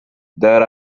there